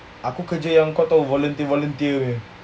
aku kerja yang kau tahu volunteer volunteer punya